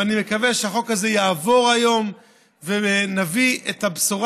ואני מקווה שהחוק הזה יעבור היום ונביא את הבשורה